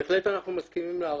בהחלט אנחנו מסכימים להארכה,